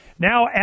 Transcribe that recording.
Now